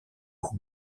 aux